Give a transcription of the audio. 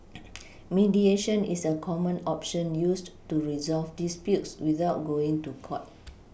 mediation is a common option used to resolve disputes without going to court